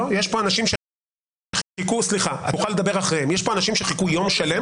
יש כאן אנשים שחיכו יום שלם